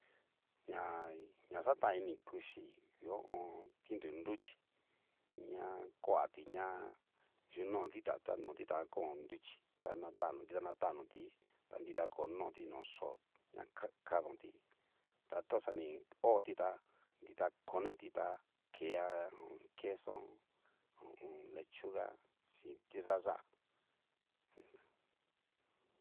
Ñai ña xataini kuchi ngu ho o on. tinru nruchí ña kuati ña yuno dita ta nó dita jan kon nruchí ta natanoti ta nrita konoti no xó na kadonti, ta toxani hoti tá nrita konaiti tá kea ho o on. queso ho o on. lechuga sin tiayá mjun.